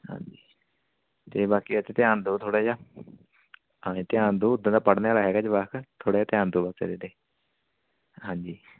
ਹਾਂਜੀ ਅਤੇ ਬਾਕੀ ਇਹਦੇ 'ਤੇ ਧਿਆਨ ਦਓ ਥੋੜ੍ਹਾ ਜਿਹਾ ਹਾਂਜੀ ਧਿਆਨ ਦਓ ਉੱਦਾਂ ਤਾਂ ਪੜ੍ਹਨ ਵਾਲਾ ਹੈਗਾ ਜਵਾਕ ਥੋੜ੍ਹਾ ਜਿਹਾ ਧਿਆਨ ਦਓ ਬਿਚਾਰੇ 'ਤੇ ਹਾਂਜੀ